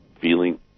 feeling